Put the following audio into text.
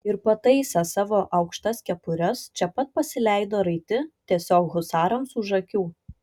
ir pataisę savo aukštas kepures čia pat pasileido raiti tiesiog husarams už akių